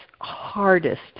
hardest